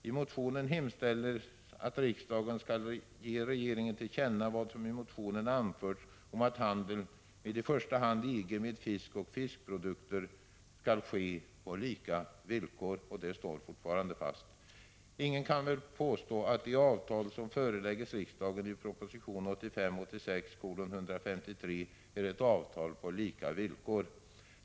I motion U507 hemställs att riksdagen skall ge regeringen till känna vad som i motionen anförts om att handeln med i första hand EG med fisk och fiskprodukter skall ske på lika villkor, och det står fortfarande fast. Ingen kan väl påstå att det avtal som föreläggs riksdagen i proposition 1985/86:153 är ett avtal på lika villkor.